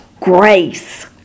grace